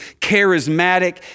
charismatic